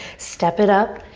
step it up.